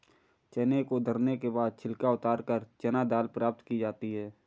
चने को दरने के बाद छिलका उतारकर चना दाल प्राप्त की जाती है